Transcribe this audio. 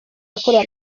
yakorewe